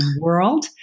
world